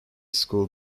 school